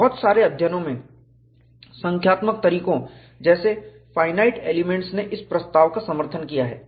बहुत सारे अध्ययनों में संख्यात्मक तरीकों जैसे फाइनाइट एलिमेंट्स ने इस प्रस्ताव का समर्थन किया है